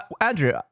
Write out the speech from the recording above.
Andrew